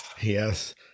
Yes